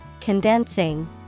condensing